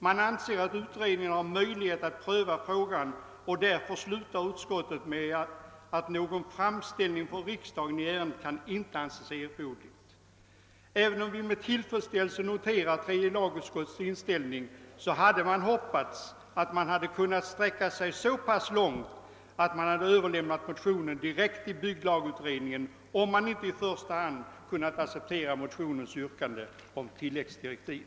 Man anser att utredningen har möjlighet att pröva frågan, och därför slutar utskottet med att någon framställning från riksdagen i ärendet inte kan anses erforderlig. även om vi med tillfredsställelse noterar tredje lagutskottets inställning hade vi hoppats att utskottet kunnat sträcka sig så pass långt att man hade överlämnat motionen direkt till bygglagutredningen, om man inte i första hand kunnat acceptera motionens yrkande om tilläggsdirektiv.